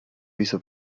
viso